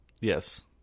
Yes